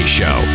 show